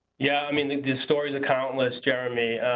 yeah i mean the the stories are countless jeremy.